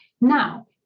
Now